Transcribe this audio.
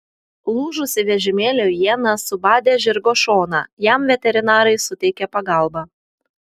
lūžusi vežimėlio iena subadė žirgo šoną jam veterinarai suteikė pagalbą